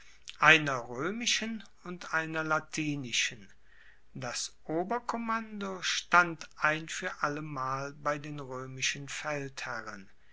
einer roemischen und einer latinischen das oberkommando stand ein fuer allemal bei den roemischen feldherren